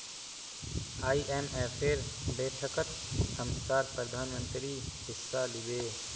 आईएमएफेर बैठकत हमसार प्रधानमंत्री हिस्सा लिबे